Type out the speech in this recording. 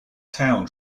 town